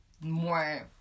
more